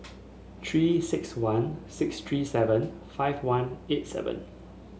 Three six one six three seven five one eight seven